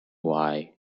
why